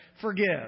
forgive